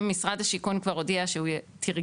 אם משרד השיכון כבר הודיע שהוא תרגם,